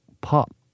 pop